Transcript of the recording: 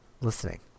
listening